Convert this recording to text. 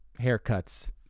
haircuts